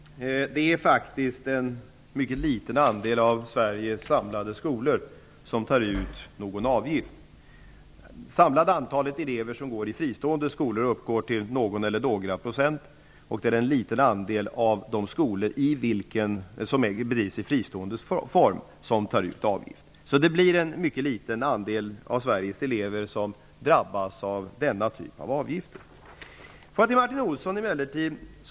Herr talman! Det är faktiskt en mycket liten andel av Sveriges samlade skolor som tar ut någon avgift. Det samlade antalet elever som går i fristående skolor uppgår till någon eller några procent. En liten andel av de skolor som bedrivs i fristående form tar ut en avgift. Det blir en mycket liten andel av Sveriges elever som drabbas av denna typ av avgift.